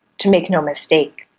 to make no mistake,